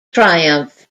triumph